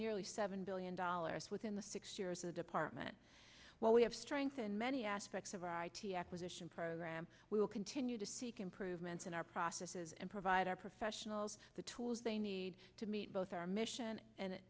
nearly seven billion dollars within the six years a department where we have strengthened many aspects of our acquisition program we will continue to seek improvements in our processes and provide our professionals the tools they need to meet both our mission and